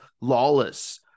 Lawless